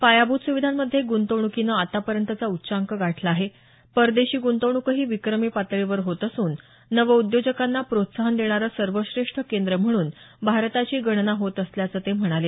पायाभूत सुविधांमध्ये गुंतवणुकीनं आतापर्यंतचा उच्चांक गाठला आहे परदेशी गृंतवणूकही विक्रमी पातळीवर होत असून नवउद्योजकांना प्रोत्साहन देणारं सर्वश्रेष्ठ केंद्र म्हणून भारताची गणना होत असल्याचं ते म्हणाले